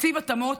תקציב התאמות,